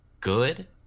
good